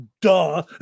Duh